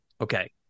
Okay